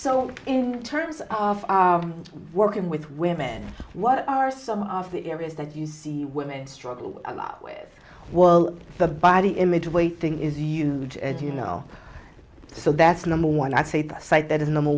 so in terms of working with women what are some of the areas that you see women struggle while the body image weight thing is huge and you know so that's number one i'd say the site that is number